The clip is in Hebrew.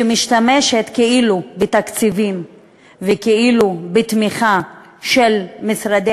שמשתמשת כאילו בתקציבים וכאילו בתמיכה של משרדי